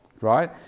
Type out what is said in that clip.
right